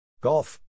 Golf